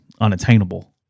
unattainable